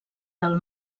del